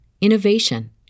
innovation